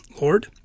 Lord